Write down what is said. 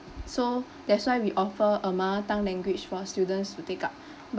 so that's why we offer a mother tongue language for students to take up